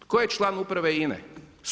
Tko je član uprave INA-e?